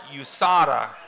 USADA